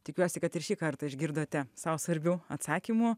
tikiuosi kad ir šį kartą išgirdote sau svarbių atsakymų